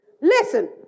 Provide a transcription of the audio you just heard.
Listen